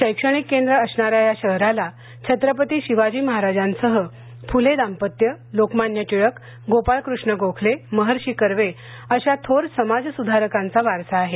शैक्षणिक केंद्र असणाऱ्या या शहराला छत्रपती शिवाजी महाराजांसह फुले दाम्पत्य लोकमान्य टिळकगोपाळकृष्ण गोखले महर्षी कर्वे अशा थोर समाज सुधारकांचा वारसा आहे